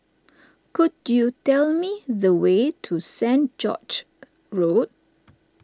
could you tell me the way to Saint George's Road